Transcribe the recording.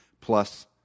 plus